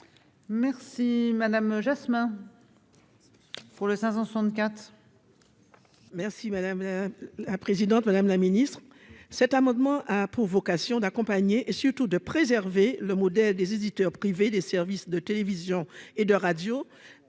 Merci madame Jasmin pour le 564.